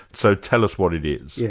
so tell us what it is. yes,